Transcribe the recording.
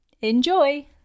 Enjoy